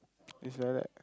is like that